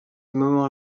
moment